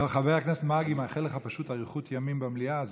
חבר הכנסת מרגי מאחל לך אריכות ימים במליאה.